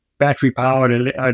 battery-powered